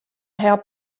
help